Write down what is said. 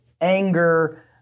anger